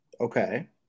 Okay